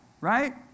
right